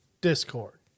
Discord